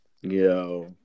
Yo